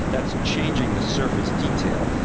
that's changing the surface detail.